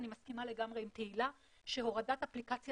אני מסכימה לגמרי עם תהילה שהורדת האפליקציה